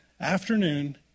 afternoon